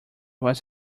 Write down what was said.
was